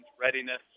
readiness